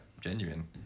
genuine